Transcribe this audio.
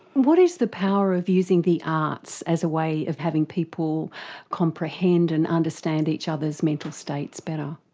what is the power of using the arts as a way of having people comprehend and understand each other's mental states better?